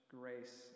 grace